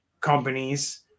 companies